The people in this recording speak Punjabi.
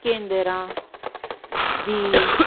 ਕੇਂਦਰਾਂ ਦੀ